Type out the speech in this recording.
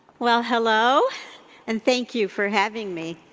well, hello and thank you for having me.